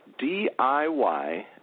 DIY